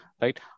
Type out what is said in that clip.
right